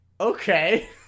Okay